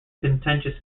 contentious